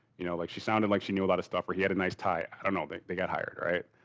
you know, like she sounded like she knew a lot of stuff, or he had a nice tie. i don't know, they they got hired, right?